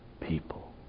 people